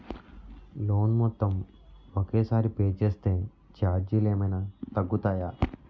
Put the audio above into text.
Loan మొత్తం ఒకే సారి పే చేస్తే ఛార్జీలు ఏమైనా తగ్గుతాయా?